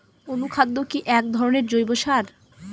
অনুখাদ্য কি এক ধরনের জৈব সার?